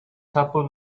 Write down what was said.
sample